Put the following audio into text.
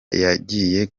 yagiye